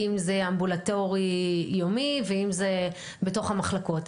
אם זה אמבולטורי יומי ואם זה בתוך המחלקות.